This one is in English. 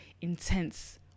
intense